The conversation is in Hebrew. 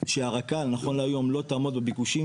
שהרק"ל נכון להיום לא תעמוד בביקושים,